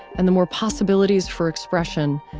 and the more possibilities for expression,